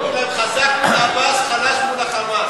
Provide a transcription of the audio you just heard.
תגיד להם: חזק מול עבאס, חלש מול ה"חמאס".